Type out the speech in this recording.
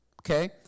okay